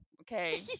okay